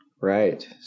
Right